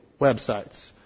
websites